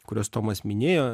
kuriuos tomas minėjo